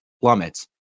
plummets